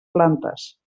plantes